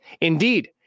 Indeed